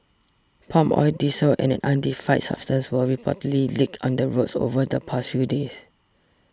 palm oil diesel and an unidentified substance were reportedly leaked on the roads over the past few days